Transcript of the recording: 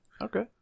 Okay